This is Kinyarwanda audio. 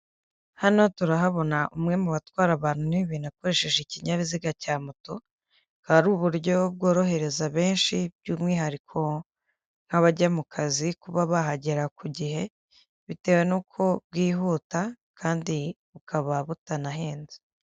Hano turahabona umwe mu batwara abantu n'ibintu akoresheje ikinyabiziga cya moto h akaba ari uburyo bworohereza benshi by'umwihariko nk'abajya mu kazi kuba bahagera ku gihe bitewe nuko bwihuta kandi bukaba butanahenze.